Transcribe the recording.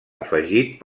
afegit